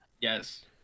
yes